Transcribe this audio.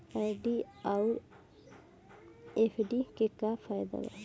RD आउर FD के का फायदा बा?